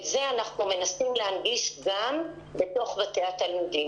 את זה אנחנו מנסים להנגיש גם בתוך בתי התלמידים.